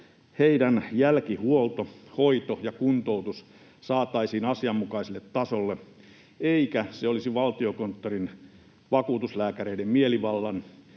oireista, jälkihuolto, hoito ja kuntoutus saataisiin asianmukaiselle tasolle, eikä se olisi Valtiokonttorin vakuutuslääkäreiden mielivallan